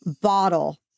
bottle